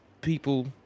people